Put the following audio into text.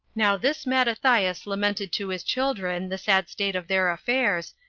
now this mattathias lamented to his children the sad state of their affairs,